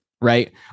right